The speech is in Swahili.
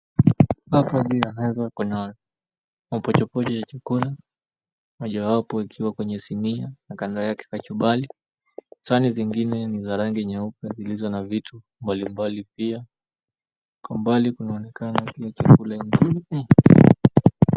Hapa juu ameweza kuna mapochopocho ya chakula. Mojawapo ikiwa kwenye sinia na kando yake kachumbari. Sahani zingine ni za rangi nyeupe zilizo na vitu mbalimbali pia. Kwa umbali kunaonekana kuna chakula nzuri.